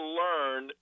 learn